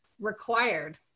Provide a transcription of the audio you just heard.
required